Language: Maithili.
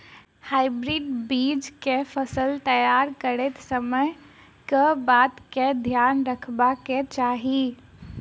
हाइब्रिड बीज केँ फसल तैयार करैत समय कऽ बातक ध्यान रखबाक चाहि?